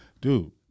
Dude